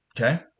Okay